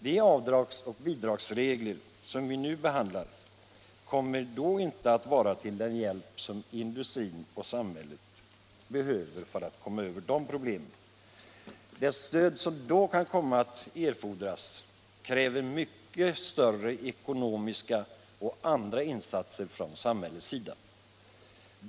De avdrags och bidragsregler som vi nu behandlar kommer då inte att vara till den hjälp som industrin och samhället behöver för att kunna lösa de problemen. Det stöd som då kan komma att erfordras kräver mycket större ekonomiska och andra insatser från samhällets sida.